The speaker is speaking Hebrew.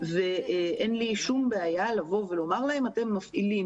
ואין לי שום בעיה לבוא ולומר להם שהם מפעילים